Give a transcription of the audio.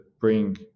bring